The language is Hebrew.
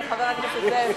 זו התנהגות חזירית.